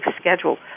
schedule